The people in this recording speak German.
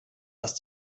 das